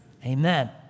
Amen